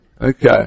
Okay